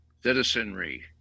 citizenry